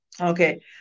Okay